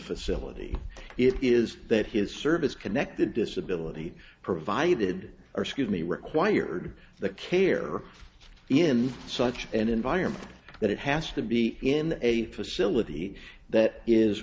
facility is that his service connected disability provided or skewed me required the care in such an environment that it has to be in a facility that is